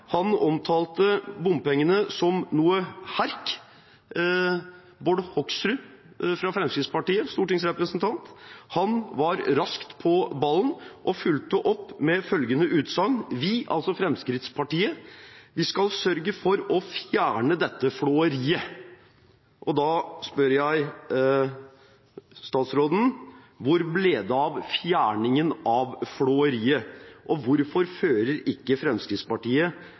omtalte bompengene som noe herk. Bård Hoksrud, stortingsrepresentant for Fremskrittspartiet, var raskt på ballen og fulgte opp med følgende utsagn: «Vi skal sørge for å fjerne dette flåeriet.» Da spør jeg statsråden: Hvor ble det av fjerningen av flåeriet, og hvorfor fører ikke